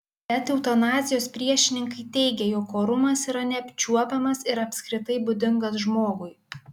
bet eutanazijos priešininkai teigia jog orumas yra neapčiuopiamas ir apskritai būdingas žmogui